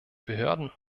behörden